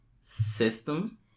system